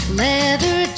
leather